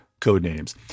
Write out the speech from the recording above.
Codenames